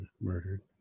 Murdered